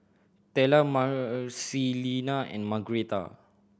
Tella Marcelina and Margretta